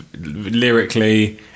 lyrically